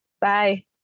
Bye